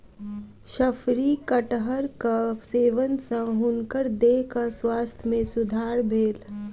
शफरी कटहरक सेवन सॅ हुनकर देहक स्वास्थ्य में सुधार भेल